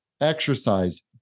exercise